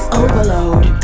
overload